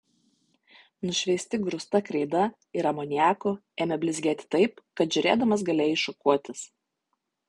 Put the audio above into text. nušveisti grūsta kreida ir amoniaku ėmė blizgėti taip kad žiūrėdamas galėjai šukuotis